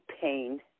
pain